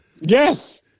Yes